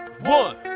One